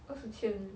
二十千 eh